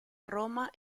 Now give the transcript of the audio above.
roma